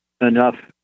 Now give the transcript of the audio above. enough